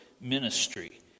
ministry